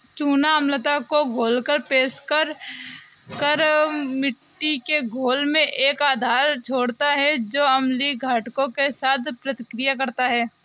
चूना अम्लता को घोलकर बेअसर कर मिट्टी के घोल में एक आधार छोड़ता है जो अम्लीय घटकों के साथ प्रतिक्रिया करता है